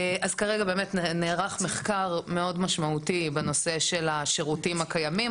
אז כרגע נערך מחקר מאוד משמעותי בנושא של השירותים הקיימים,